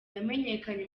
yamenyekanye